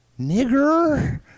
nigger